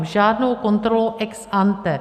Žádnou kontrolou ex ante.